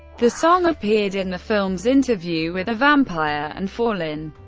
the song appeared in the films interview with the vampire and fallen.